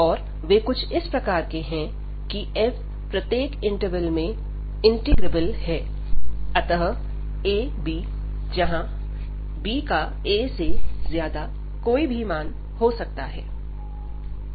और वे कुछ इस प्रकार हैं कि f प्रत्येक इंटरवल में इंटीग्रेबल है अतः a b जहां b का a से ज्यादा कोई भी मान हो सकता है